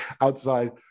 outside